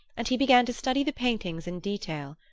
and he began to study the paintings in detail,